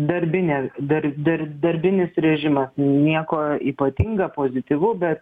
darbinė dar dar darbinis režimas nieko ypatinga pozityvu bet